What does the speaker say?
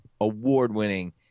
award-winning